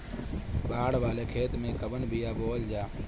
बाड़ वाले खेते मे कवन बिया बोआल जा?